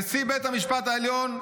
נשיא בית המשפט העליון,